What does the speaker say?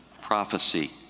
prophecy